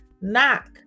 Knock